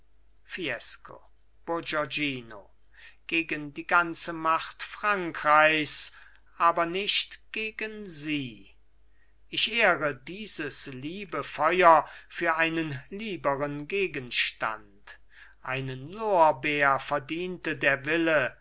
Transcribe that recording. fiesco bourgognino gegen die ganze macht frankreichs aber nicht gegen sie ich ehre dieses liebe feuer für einen lieberen gegenstand einen lorbeer verdiente der wille